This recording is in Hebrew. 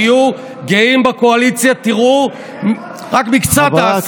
תהיו גאים בקואליציה, תראו רק מקצת העשייה.